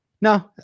No